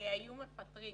היו מפטרים